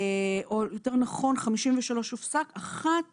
או יותר נכון 53 הופסק, אחת